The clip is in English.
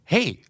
Hey